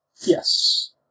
Yes